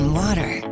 water